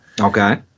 Okay